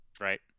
Right